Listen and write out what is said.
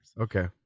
Okay